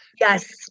Yes